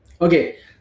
Okay